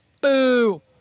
Boo